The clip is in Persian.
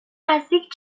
نزدیک